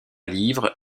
livres